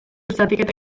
zatiketa